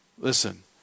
Listen